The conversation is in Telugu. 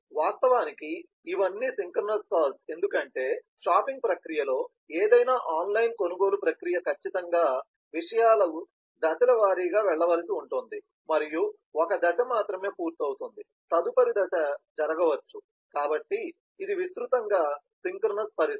వాస్తవానికి ఇవన్నీ సింక్రోనస్ కాల్స్ ఎందుకంటే షాపింగ్ ప్రక్రియలో ఏదైనా ఆన్లైన్ కొనుగోలు ప్రక్రియ ఖచ్చితంగా విషయాలు దశల వారీగా వెళ్ళవలసి ఉంటుంది మరియు ఒక దశ మాత్రమే పూర్తవుతుంది తదుపరి దశ జరగవచ్చు కాబట్టి ఇది విస్తృతంగా సింక్రోనస్ పరిస్థితి